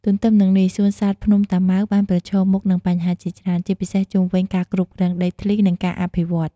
ទទ្ទឹមនឹងនេះ សួនសត្វភ្នំតាម៉ៅបានប្រឈមមុខនឹងបញ្ហាជាច្រើន ជាពិសេសជុំវិញការគ្រប់គ្រងដីធ្លី និងការអភិវឌ្ឍន៍។